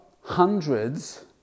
hundreds